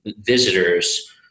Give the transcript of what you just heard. visitors